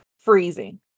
freezing